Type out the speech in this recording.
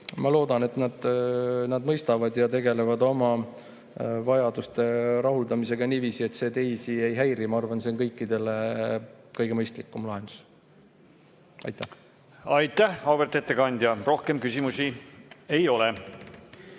ma loodan, et nad mõistavad ja tegelevad oma vajaduste rahuldamisega niiviisi, et see teisi ei häiri. Ma arvan, et see on kõikidele kõige mõistlikum lahendus. Aitäh, auväärt ettekandja! Rohkem küsimusi ei ole.